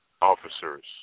officers